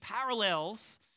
parallels